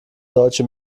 deutsche